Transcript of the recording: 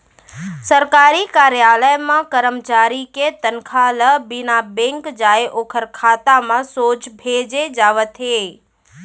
सरकारी कारयालय मन म करमचारी के तनखा ल बिना बेंक जाए ओखर खाता म सोझ भेजे जावत हे